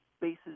bases